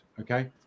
Okay